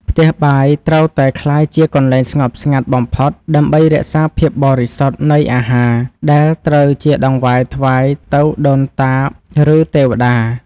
ផ្ទះបាយត្រូវតែក្លាយជាកន្លែងស្ងប់ស្ងាត់បំផុតដើម្បីរក្សាភាពបរិសុទ្ធនៃអាហារដែលត្រូវជាដង្វាយថ្វាយទៅដូនតាឬ ទេវតា។